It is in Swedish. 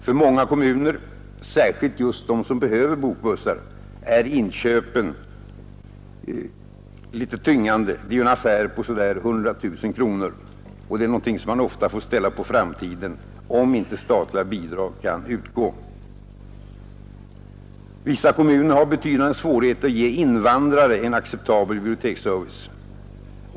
För många kommuner, särskilt just de som behöver bokbussar, är inköpen betungande. Det är en affär på så där 100 000 kronor, och det är någonting som man ofta får ställa på framtiden om inte statliga bidrag kan utgå. Vissa kommuner har betydande svårigheter att ge invandrare en acceptabel biblioteksservice.